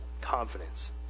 Confidence